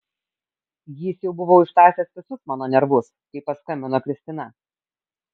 jis jau buvo ištąsęs visus mano nervus kai paskambino kristina